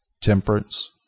temperance